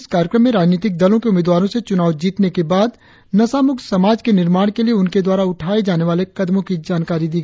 इस कार्यक्रम में राजनीतिक दलो के उम्मीदवारों से चुनाव जीतने के बाद नशा मुक्त समाज के निर्माण के लिए उनके द्वारा उठाये जाने वाले कदम की जानकारी दी